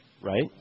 Right